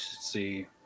see